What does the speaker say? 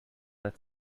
that